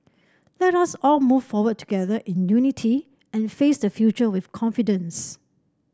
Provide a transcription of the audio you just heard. let us all move forward together in unity and face the future with confidence